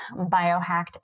biohacked